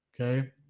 Okay